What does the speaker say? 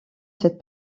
cette